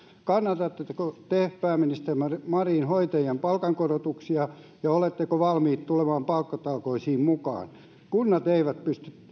kannatatteko te pääministeri marin marin hoitajien palkankorotuksia ja oletteko valmis tulemaan palkkatalkoisiin mukaan kunnat eivät